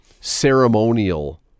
ceremonial